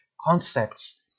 concepts